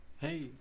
Hey